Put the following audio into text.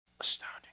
Astounding